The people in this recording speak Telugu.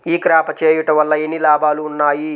ఈ క్రాప చేయుట వల్ల ఎన్ని లాభాలు ఉన్నాయి?